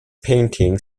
painting